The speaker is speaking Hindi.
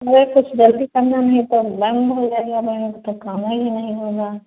अरे कुछ जल्दी करना नहीं तो बंद हो जाएगा बैंक तो कामै ही नहीं होगा